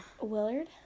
Willard